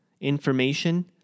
information